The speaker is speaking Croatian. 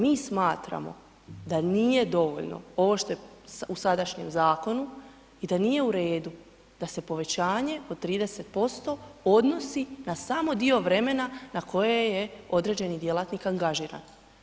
Mi smatramo da nije dovoljno ovo što je u sadašnjem zakonu i da nije u redu da se povećanje od 30% odnosi na samo dio vremena na koje je određeni djelatnik angažiran.